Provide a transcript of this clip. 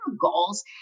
goals